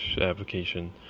application